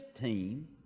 team